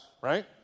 right